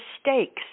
stakes